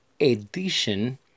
edition